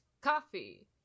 coffee